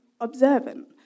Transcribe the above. observant